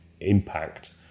impact